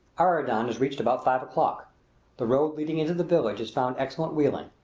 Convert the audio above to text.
aradan is reached about five o'clock the road leading into the village is found excellent wheeling,